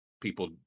people